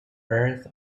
earth